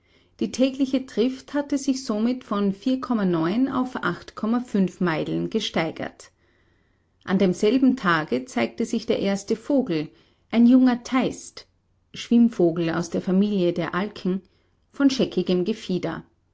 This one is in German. die tägliche trift hatte sich somit von vier auf acht meilen gesteigert an demselben tage zeigte sich der erste vogel ein junger teist schwimmvogel aus der familie der alken von scheckigem gefieder